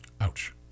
Ouch